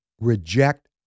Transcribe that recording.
reject